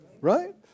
Right